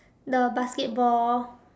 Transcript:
the basketball